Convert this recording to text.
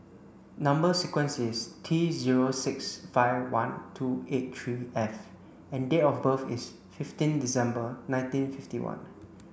number sequence is T zero six five one two eight three F and date of birth is fifteen December nineteen fifty one